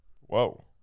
Whoa